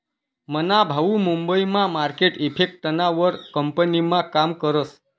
मना भाऊ मुंबई मा मार्केट इफेक्टना वर कंपनीमा काम करस